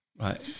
Right